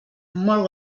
molt